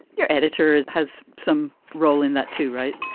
your editor has some role in that, too, right?